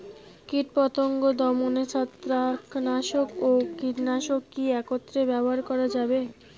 কীটপতঙ্গ দমনে ছত্রাকনাশক ও কীটনাশক কী একত্রে ব্যবহার করা যাবে?